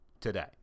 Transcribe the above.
today